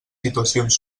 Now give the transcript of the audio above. situacions